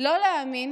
לא להאמין